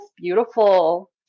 beautiful